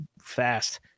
fast